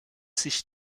sich